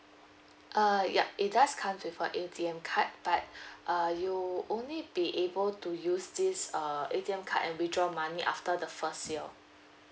err yup it does comes with a A_T_M card but uh you'll only be able to use this uh A_T_M card and withdraw money after the first year